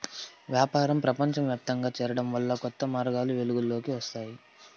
వ్యాపారం ప్రపంచవ్యాప్తంగా చేరడం వల్ల కొత్త మార్గాలు వెలుగులోకి వస్తాయి